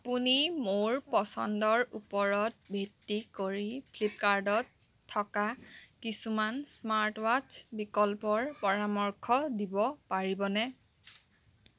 আপুনি মোৰ পচন্দৰ ওপৰত ভিত্তি কৰি ফ্লিপকাৰ্ডত থকা কিছুমান স্মাৰ্ট ৱাট্চ বিকল্পৰ পৰামৰ্শ দিব পাৰিবনে